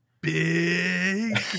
big